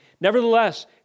Nevertheless